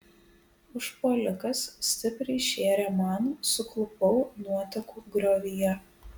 užpuolikas stipriai šėrė man suklupau nuotekų griovyje